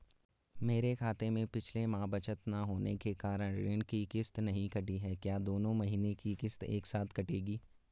मेरे खाते में पिछले माह बचत न होने के कारण ऋण की किश्त नहीं कटी है क्या दोनों महीने की किश्त एक साथ कटेगी?